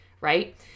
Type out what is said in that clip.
right